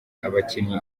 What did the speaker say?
abakinnyi